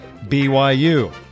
BYU